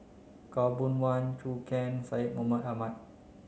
Khaw Boon Wan Zhou Can Syed Mohamed Ahmed